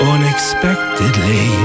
Unexpectedly